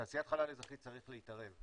בתעשיית חלל אזרחית צריך להתערב.